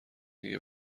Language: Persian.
دیگه